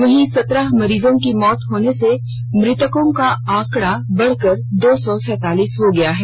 वहीं सत्रह मरीजों की मौत होने से मृतकों का आंकड़ा बढ़कर दो सौ सैंतालीस हो गया है